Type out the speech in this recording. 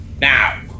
now